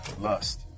lust